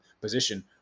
position